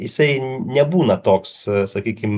jisai nebūna toks sakykim